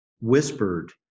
whispered